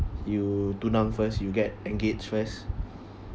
you tunang first you get engaged first